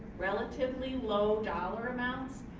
relatively low dollar amounts,